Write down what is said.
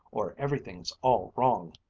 or everything's all wrong.